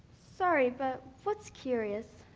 sorry, but what's curious?